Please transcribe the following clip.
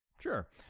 Sure